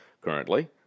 Currently